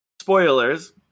spoilers